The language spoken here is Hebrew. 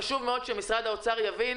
חשוב מאוד שמשרד האוצר יבין